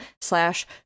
slash